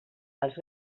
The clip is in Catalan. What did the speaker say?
els